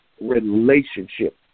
relationship